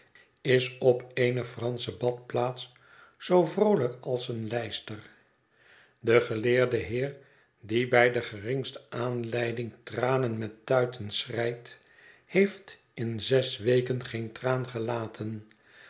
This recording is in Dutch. is op eene fransche badplaats zoo vroolijk als een lijster de geleerde heer die bij de geringste aanleiding tranen met tuiten schreit heeft in zes weken geen traan gelaten